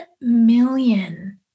million